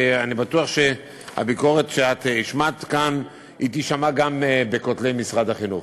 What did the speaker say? ואני בטוח שהביקורת שאת השמעת כאן תישמע גם בין כותלי משרד החינוך.